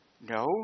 No